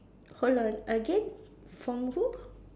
hold on again from who